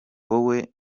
wowe